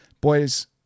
Boys